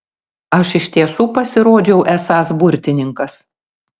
aš iš tiesų pasirodžiau esąs burtininkas